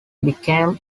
became